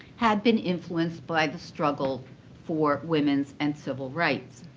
had been influenced by the struggle for women's and civil rights.